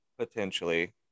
potentially